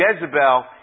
Jezebel